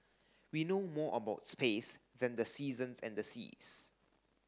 we know more about space than the seasons and the seas